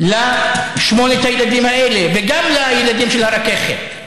לשמונת הילדים האלה, וגם לילדים של הרככת.